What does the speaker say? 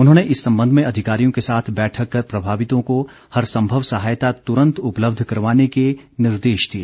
उन्होंने इस संबंध में अधिकारियों के साथ बैठक कर प्रभावितों को हर संभव सहायता तूरंत उपलब्ध करवाने के निर्देश दिए